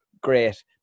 great